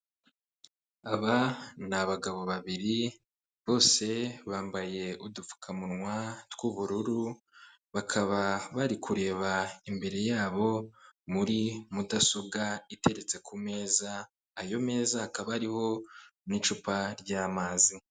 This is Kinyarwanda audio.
Aba ni abagabo babiri bose bambaye udupfukamunwa tw'ubururu bakaba bari kureba imbere yabo muri mudasobwa iteretse ku meza, ayo meza akaba ari n'icupa ry'amazi.